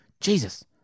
Jesus